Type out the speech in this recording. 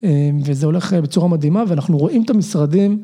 וזה הולך בצורה מדהימה ואנחנו רואים את המשרדים